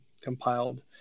compiled